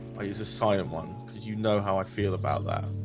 i use a sign of one because you know how i feel about that.